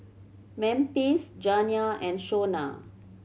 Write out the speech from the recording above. Memphis Janiah and Shona